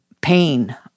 pain